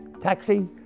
taxi